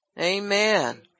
Amen